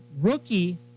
rookie